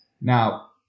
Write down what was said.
Now